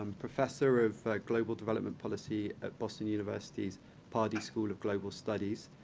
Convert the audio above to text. um professor of global development policy at boston university's pardee school of global studies,